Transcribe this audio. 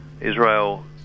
Israel